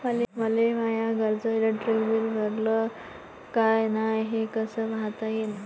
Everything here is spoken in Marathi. मले माया घरचं इलेक्ट्रिक बिल भरलं का नाय, हे कस पायता येईन?